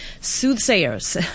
soothsayers